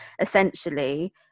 essentially